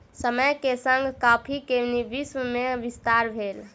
समय के संग कॉफ़ी के विश्व में विस्तार भेल